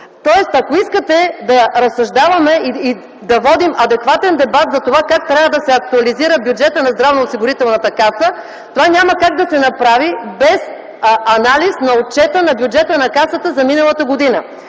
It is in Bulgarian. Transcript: Тоест, ако искате да разсъждаваме и да водим адекватен дебат за това как трябва да се актуализира бюджета на Здравноосигурителната каса, това няма как да се направи без анализ на отчета на бюджета на Касата за миналата година,